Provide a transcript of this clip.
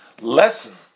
lesson